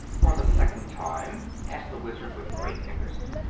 for the second time? asked the wizard, with great interest.